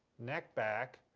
neck back,